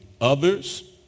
others